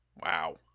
Wow